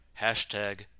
hashtag